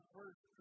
First